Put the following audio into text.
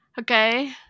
Okay